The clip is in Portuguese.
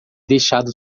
deixado